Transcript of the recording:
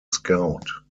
scout